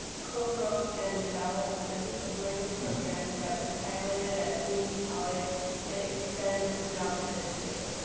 cowrote and developed the hoop of learning program that was piloted at phoenix college and expanded throughout the district.